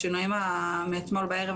השינויים מאתמול בערב,